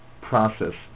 process